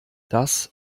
das